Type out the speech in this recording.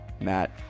matt